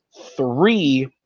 three